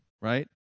right